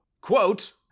quote